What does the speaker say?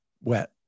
wet